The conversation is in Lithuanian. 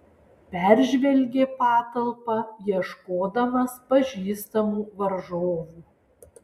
peržvelgė patalpą ieškodamas pažįstamų varžovų